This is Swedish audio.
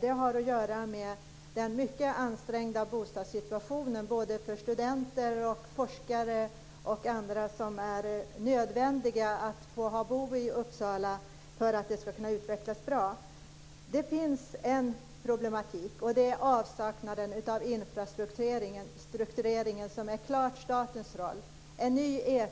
Den har att göra med den mycket ansträngda bostadssituationen för studenter, forskare och andra som behöver bo i Uppsala för att kunna utvecklas vidare. En problematik är avsaknaden av infrastrukturering, som klart hör till statens roll.